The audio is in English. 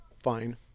fine